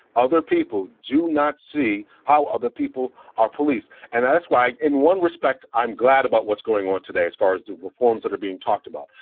other people do not see how other people are police and that's why, in one respect, i'm glad about what's going on today as far as the reforms that are being talked about.